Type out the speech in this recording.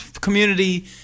community